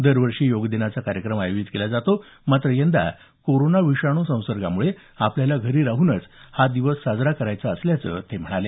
दरवर्षी योग दिनाचा कार्यक्रम आयोजित केला जातो मात्र यंदा कोरोना विषाणू संसर्गामुळे आपल्याला घरी राहुनच हा दिवस साजरा करायचा असल्याचं ते म्हणाले